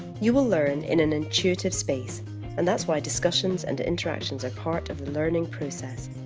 you will learn in an intuitive space and that's why discussions and interactions are part of the learning process.